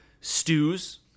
stews